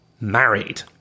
married